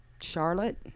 Charlotte